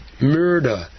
Murder